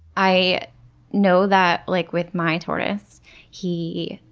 i know that like with my tortoise he,